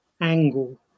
angle